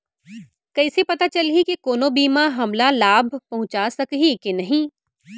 कइसे पता चलही के कोनो बीमा हमला लाभ पहूँचा सकही के नही